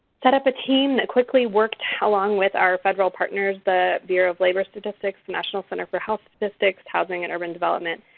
set up a team that quickly worked along with our federal partners the bureau of labor statistics, the national center for health statistics, housing and urban development,